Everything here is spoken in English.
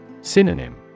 Synonym